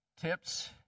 tips